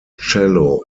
cello